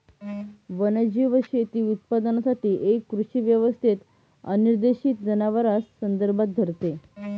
वन्यजीव शेती उत्पादनासाठी एक कृषी व्यवस्थेत अनिर्देशित जनावरांस संदर्भात धरते